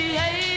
hey